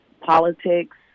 politics